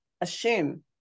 assume